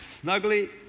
snugly